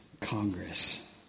Congress